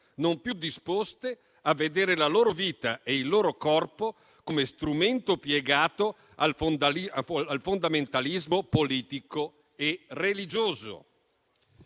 non più disposte a vedere la loro vita e il loro corpo come strumenti piegati al fondamentalismo politico e religioso.